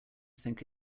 think